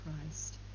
Christ